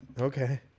Okay